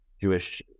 Jewish